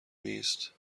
نیست